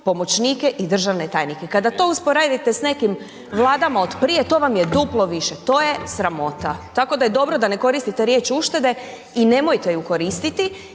i državne tajnike. Kada to usporedite sa nekim Vlada od prije, to vam je duplo više, to je sramota, tako da je dobro da ne koristite riječ uštede i nemojte ju koristiti